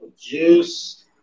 juice